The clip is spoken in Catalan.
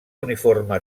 uniforme